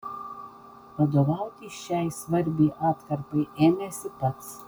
vadovauti šiai svarbiai atkarpai ėmėsi pats